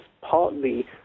partly